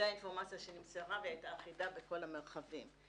זו האינפורמציה שנמסרה והיא הייתה אחידה בכל המרחבים.